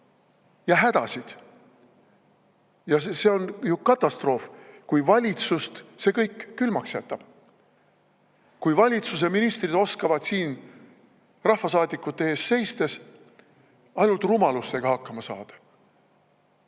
ja hädadega. Ja see on ju katastroof, kui see kõik valitsuse külmaks jätab, kui valitsuse ministrid saavad siin rahvasaadikute ees seistes ainult rumalustega hakkama. Nad